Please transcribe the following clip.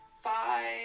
Five